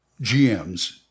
GMS